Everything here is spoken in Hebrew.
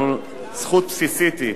אנחנו, זכות בסיסית היא,